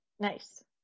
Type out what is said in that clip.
Nice